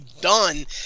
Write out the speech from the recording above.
done